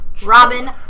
Robin